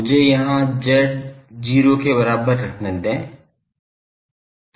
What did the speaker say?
मुझे यहाँ z 0 के बराबर रखने दें